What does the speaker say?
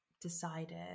decided